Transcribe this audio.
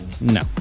no